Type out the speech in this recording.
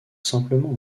simplement